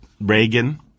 Reagan